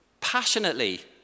passionately